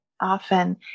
often